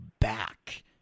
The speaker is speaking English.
back